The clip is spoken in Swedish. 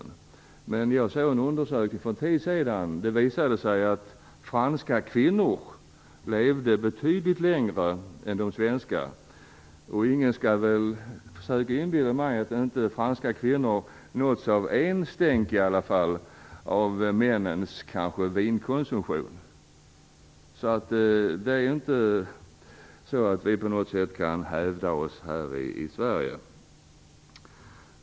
Men jag såg en undersökning för en tid sedan som visade att franska kvinnor lever betydligt längre än svenska. Ingen skall väl försöka inbilla mig att inte franska kvinnor nåtts av i varje fall några stänk av männens vinkonsumtion. Vi kan alltså inte på något sätt hävda oss här i Sverige.